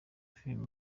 filime